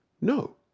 No